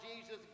Jesus